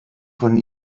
von